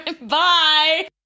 Bye